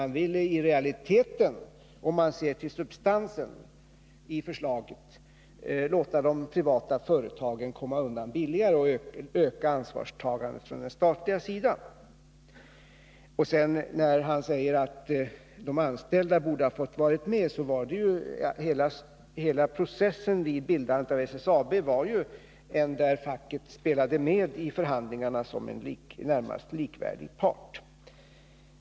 Ni ville i realiteten — om man ser till substansen i förslaget — låta de privata företagen komma undan billigare och öka ansvarstagandet från När Thage Peterson sedan säger att de anställda borde ha fått vara med vill jag framhålla att hela processen vid bildandet av SSAB var sådan att facket spelade med i förhandlingarna som en i det närmaste likvärdig part.